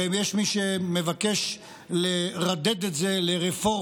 ויש מי שמבקש לרדד את זה לרפורמה.